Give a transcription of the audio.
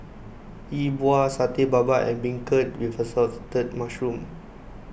Yi Bua Satay Babat and Beancurd with Assorted Mushrooms